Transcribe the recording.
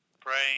praying